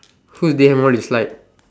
whose D_M one you slide